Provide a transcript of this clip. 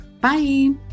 Bye